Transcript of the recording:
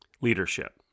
Leadership